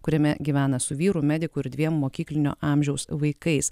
kuriame gyvena su vyru mediku ir dviem mokyklinio amžiaus vaikais